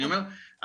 אני אומר,